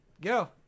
go